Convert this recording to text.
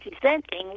presenting